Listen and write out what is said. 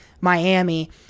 Miami